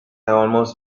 almost